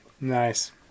Nice